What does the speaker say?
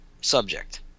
subject